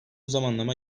zamanlama